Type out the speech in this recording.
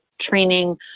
training